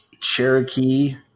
Cherokee